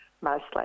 mostly